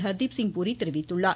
ஹர்தீப்சிங் பூரி தெரிவித்துள்ளார்